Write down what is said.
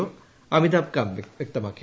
O Amitabh Kant വൃക്തമാക്കി